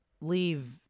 leave